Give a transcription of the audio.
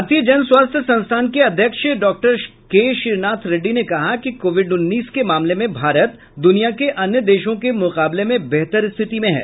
भारतीय जन स्वास्थ्य संस्थान के अध्यक्ष डाक्टर के श्रीनाथ रेड्डी ने कहा कि कोविड उन्नीस के मामले में भारत दुनिया के अन्य देशों के मुकाबले में बेहतर स्थिति में है